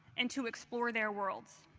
and to explore their worlds.